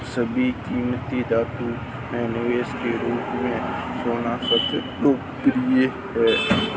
सभी कीमती धातुओं में निवेश के रूप में सोना सबसे लोकप्रिय है